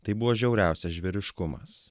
tai buvo žiauriausias žvėriškumas